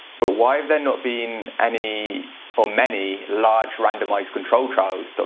but why have there not been any or many large randomized controlled trials, so